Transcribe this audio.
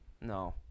No